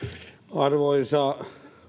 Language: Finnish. arvoisa